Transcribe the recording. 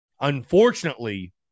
unfortunately